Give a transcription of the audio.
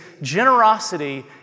generosity